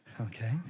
okay